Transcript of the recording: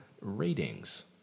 ratings